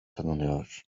tanınıyor